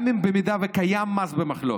גם אם קיים מס במחלוקת,